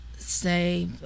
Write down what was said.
say